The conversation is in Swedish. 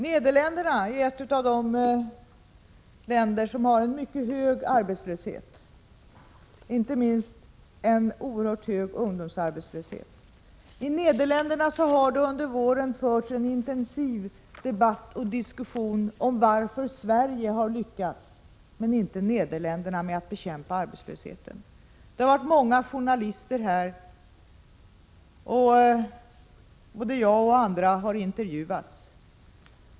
Nederländerna är ett av de länder som har en mycket hög arbetslöshet, inte minst en oerhört hög ungdomsarbetslöshet. I Nederländerna har det under våren förts en intensiv debatt om varför Sverige har lyckats, men inte Nederländerna, med att bekämpa arbetslösheten. Det har varit många journalister här, och både jag och andra har intervjuats.